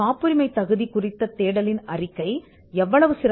காப்புரிமை தேடல் அறிக்கை இறுதியில் எவ்வளவு நன்றாக இருக்கும்